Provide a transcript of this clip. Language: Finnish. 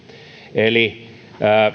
eli